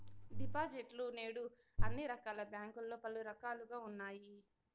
డిపాజిట్లు నేడు అన్ని రకాల బ్యాంకుల్లో పలు రకాలుగా ఉన్నాయి